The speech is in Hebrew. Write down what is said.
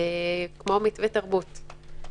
כמו מתווה תרבות.